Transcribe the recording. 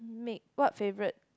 make what favourite